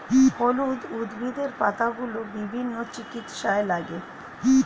হলুদ উদ্ভিদের পাতাগুলো বিভিন্ন চিকিৎসায় লাগে